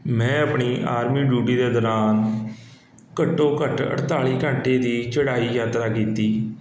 ਮੈਂ ਆਪਣੀ army duty ਦੇ ਦੌਰਾਨ ਘੱਟੋ ਘੱਟ ਅਠਤਾਲੀ ਘੰਟੇ ਦੀ ਚੜ੍ਹਾਈ ਯਾਤਰਾ ਕੀਤੀ